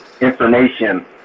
information